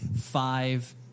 five